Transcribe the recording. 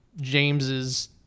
James's